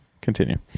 Continue